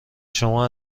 شما